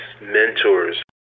mentors